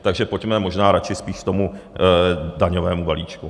Takže pojďme možná radši spíš k tomu daňovému balíčku.